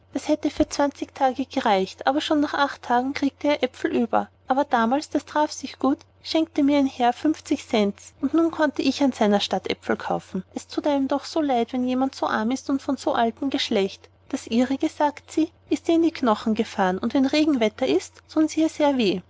das hätte für zwanzig tage gereicht aber schon nach acht tagen kriegte er aepfel über aber damals das traf sich gut schenkte mir ein herr fünfzig cents und nun konnte ich an seiner statt aepfel kaufen es thut einem doch so leid wenn jemand so arm ist und von so altem geschlecht das ihrige sagt sie ist ihr in die knochen gefahren und wenn regenwetter ist thun sie ihr sehr weh